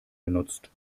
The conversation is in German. genutzt